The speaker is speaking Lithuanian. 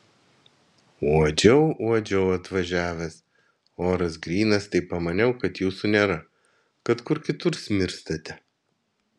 uodžiau uodžiau atvažiavęs oras grynas tai pamaniau kad jūsų nėra kad kur kitur smirstate